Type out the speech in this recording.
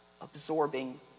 absorbing